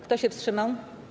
Kto się wstrzymał?